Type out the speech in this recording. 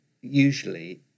usually